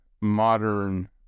modern